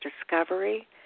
discovery